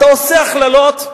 אתה עושה הכללות.